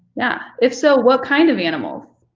yeah, if so, what kind of animals?